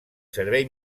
servei